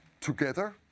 together